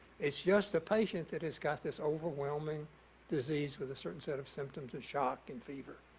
it's just the patient that has got this overwhelming disease with a certain set of symptoms with shock and fever.